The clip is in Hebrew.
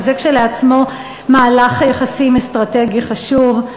שכשלעצמה היא מהלך יחסים אסטרטגי חשוב.